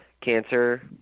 cancer